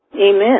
Amen